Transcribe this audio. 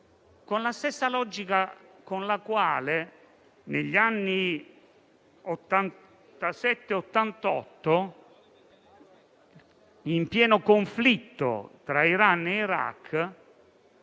per la stessa logica con la quale negli anni 1987-1988, in pieno conflitto tra Iran e Iraq,